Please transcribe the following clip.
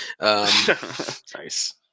Nice